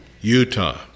Utah